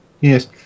Yes